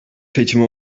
seçimi